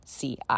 CI